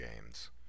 games